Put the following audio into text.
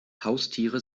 haustiere